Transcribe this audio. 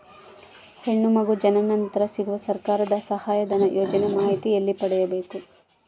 ಹೆಣ್ಣು ಮಗು ಜನನ ನಂತರ ಸಿಗುವ ಸರ್ಕಾರದ ಸಹಾಯಧನ ಯೋಜನೆ ಮಾಹಿತಿ ಎಲ್ಲಿ ಪಡೆಯಬೇಕು?